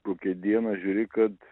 kokią dieną žiūri kad